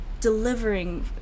delivering